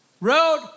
road